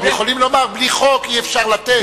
הם יכולים לומר: בלי חוק אי-אפשר לתת.